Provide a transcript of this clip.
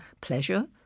pleasure